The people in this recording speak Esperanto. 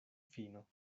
fino